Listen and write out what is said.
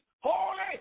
Holy